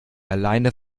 alleine